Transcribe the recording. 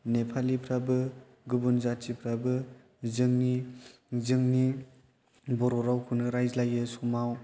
नेपालिफ्राबो गुबुन जाथिफ्राबो जोंनि बर' रावखौनो रायज्लायो समाव